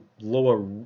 lower